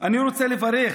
אני רוצה לברך